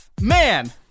Man